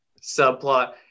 subplot